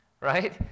right